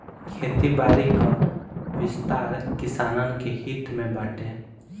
खेती बारी कअ विस्तार किसानन के हित में बाटे